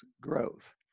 growth